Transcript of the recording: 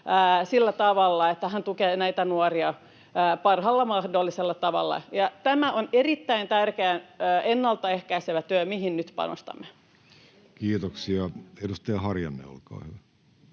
sillä tavalla, että hän tukee näitä nuoria parhaalla mahdollisella tavalla. Tämä on erittäin tärkeää ennaltaehkäisevää työtä, mihin nyt panostamme. Kiitoksia. — Edustaja Harjanne, olkaa hyvä.